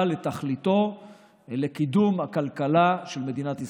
לתכליתו ולקידום הכלכלה של מדינת ישראל.